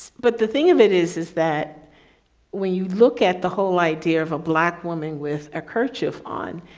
but the thing of it is, is that when you look at the whole idea of a black woman with a kerchief on,